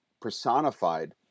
personified